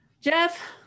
jeff